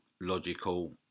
logical